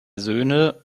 söhne